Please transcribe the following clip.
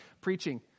preaching